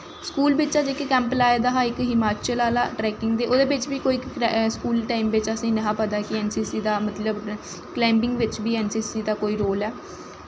school बिच्च जेह्का camp लाए दा हा इक हिमाचल आह्ला ट्राकिंग ते ओह्दै बिच्च बी कोई स्कूल टाईम असेंगी नेईं ही पता कि ऐन्न सी सी दा कलाईंबिंग बिच्च बी ऐन्न सी सी दा बी कोई रोल ऐ